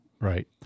right